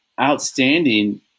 outstanding